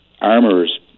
armors